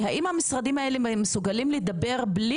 האם המשרדים האלה מסוגלים לדבר בלי